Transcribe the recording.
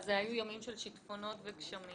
אלה היו ימים של שיטפונות וגשמים.